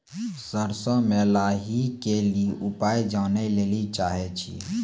सरसों मे लाही के ली उपाय जाने लैली चाहे छी?